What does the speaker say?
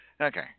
okay